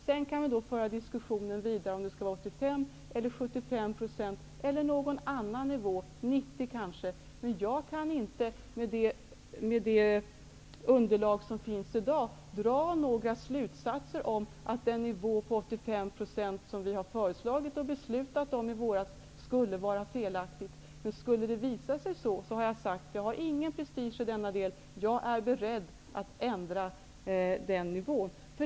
Vi kan sedan föra diskussionen vidare om huruvida det skall vara 85 %, 75 % eller någon annan nivå, kanske 90 %. Jag kan inte med det underlag som i dag finns dra slutsatsen att den nivå på 85 % som regeringen har föreslagit och som beslutades i våras skulle vara felaktig. Skulle det visa sig att det är fallet har jag ingen prestige i denna del. Jag är beredd att ändra nivån.